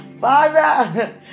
Father